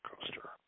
coaster